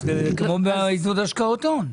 אז כמו בעידוד השקעות הון.